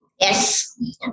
Yes